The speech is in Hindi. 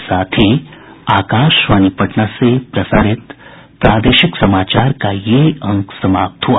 इसके साथ ही आकाशवाणी पटना से प्रसारित प्रादेशिक समाचार का ये अंक समाप्त हुआ